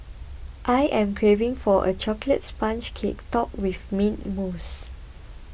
I am craving for a Chocolate Sponge Cake Topped with Mint Mousse